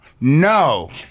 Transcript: No